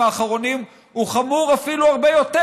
האחרונים הוא חמור אפילו הרבה יותר.